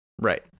Right